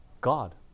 God